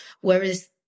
Whereas